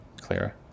clearer